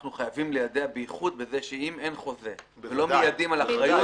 אנחנו חייבים ליידע בייחוד בזה שאם אין חוזה ולא מיידעים על אחריות,